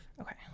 okay